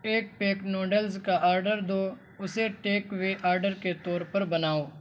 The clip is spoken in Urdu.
ایک پیک نوڈلز کا آڈر دو اسے ٹیک وے آڈر کے طور پر بناؤ